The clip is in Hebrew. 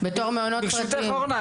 ברשותך אורנה,